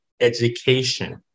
education